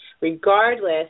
regardless